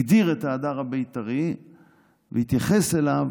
הגדיר את ההדר הבית"רי והתייחס אליו,